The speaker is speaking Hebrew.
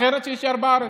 אחרת שיישאר בארץ.